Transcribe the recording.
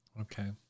Okay